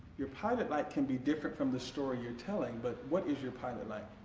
your pilot light can be different from the story you're telling, but what is your pilot light?